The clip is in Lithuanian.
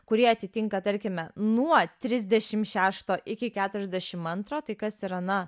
kurie atitinka tarkime nuo trisdešim šešto iki keturiasdešim antro tai kas yra na